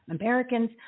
Americans